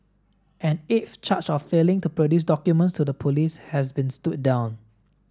an eighth charge of failing to produce documents to the police has been stood down